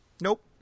nope